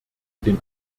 den